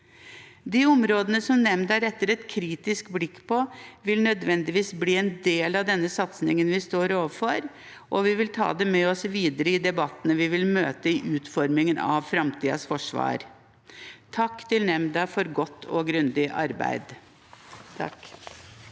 De områdene som nemnda retter et kritisk blikk mot, vil nødvendigvis bli en del av denne satsingen som vi står overfor, og vi vil ta det med oss videre i debattene vi vil møte i utformingen av framtidens forsvar. Takk til nemnda for godt og grundig arbeid.